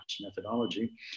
methodology